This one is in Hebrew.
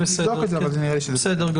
נבדוק את זה אבל נראה לי שזה בסדר.